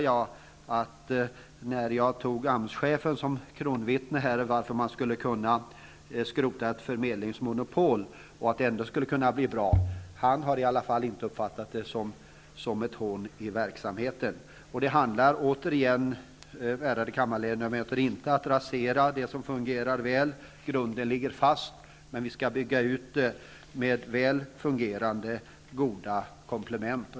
Jag valde AMS-chefen som kronvittne när det gällde att visa på hur man skulle kunna skrota ett förmedlingsmonopol och det ändå skulle kunna bli bra. Han har i alla fall inte uppfattat det här som ett hån mot verksamheten. Det handlar återigen, ärade kammarledamöter, inte om att rasera något som fungerar väl. Grunden för verksamheten ligger fast. Men vi skall bygga ut systemet med väl fungerande och goda komplement.